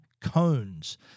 cones